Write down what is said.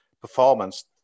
performance